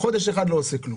חודש אחד לא עושה כלום.